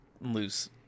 lose